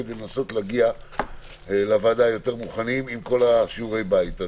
כדי לנסות להגיע לוועדה יותר מוכנים עם כל שיעורי הבית.